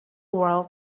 world